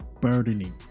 Burdening